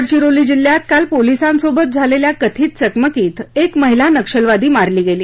गडचिरोली जिल्ह्यात काल पोलिसांसोबत झालेल्या कथित चकमकीत एक महिला नक्षलवादी मारली गेली